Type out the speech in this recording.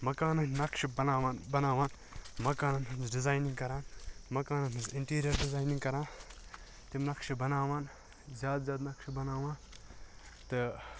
مَکانَن ہٕنٛدۍ نَقشہٕ بَناوان بَناوان مَکانَن ہٕنٛز ڈِزاینِنٛگ کَران مَکانَن ہٕنٛز اِنٹیٖریر ڈِزاینِنٛگ کَران تِم نَقشہِ بَناوان زیادٕ زیادٕ نَقشہٕ بَناوان تہٕ